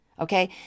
Okay